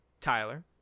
Tyler